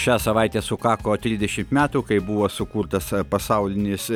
šią savaitę sukako trisdešimt metų kai buvo sukurtas pasaulinis